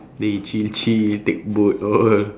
then he chill chill take boat all